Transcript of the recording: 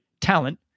talent